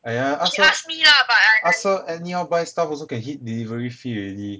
!aiya! ask her ask her anyhow buy stuff also can hit delivery fee already